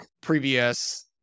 previous